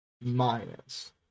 minus